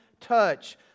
touch